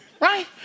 Right